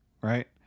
right